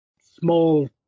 Small